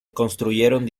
construyeron